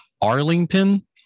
Arlington